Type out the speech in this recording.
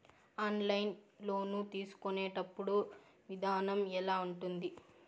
online loan తీసుకునేటప్పుడు విధానం ఎలా ఉంటుంది